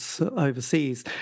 overseas